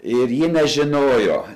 ir ji nežinojo